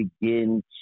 begin